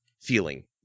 feeling